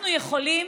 אנחנו יכולים